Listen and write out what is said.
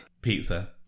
Pizza